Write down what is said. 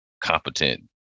competent